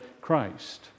Christ